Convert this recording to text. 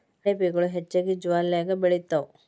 ಅಣಬೆಗಳು ಹೆಚ್ಚಾಗಿ ಜಾಲ್ಯಾಗ ಬೆಳಿತಾವ